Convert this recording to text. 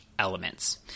Elements